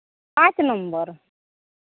ᱯᱟᱸᱪ ᱱᱚᱢᱵᱚᱨ